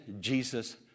Jesus